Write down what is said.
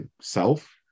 self